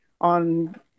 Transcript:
On